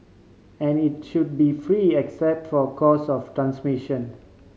and it should be free except for cost of transmission